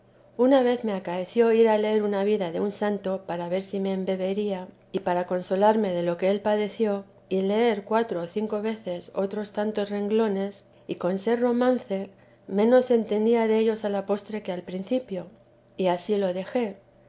una vez me acaeció ir a leer una vida de un santo para ver si me embebería y para consolarme de lo que él padeció y leer cuatro o cinco veces otros tantos renglones y con ser romance menos entendía dellos a la postre que al principio y ansí lo dejé